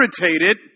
irritated